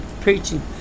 preaching